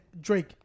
Drake